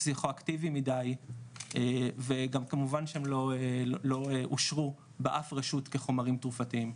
פסיכואקטיביים מידי וגם לא אושרו באף רשות כחומרים תרופתיים,